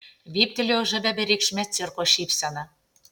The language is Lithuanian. vyptelėjau žavia bereikšme cirko šypsena